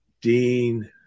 Dean